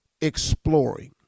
exploring